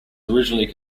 originally